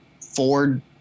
ford